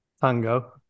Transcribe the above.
tango